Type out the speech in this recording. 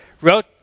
wrote